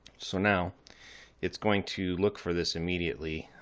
so now it's going to look for this immediately.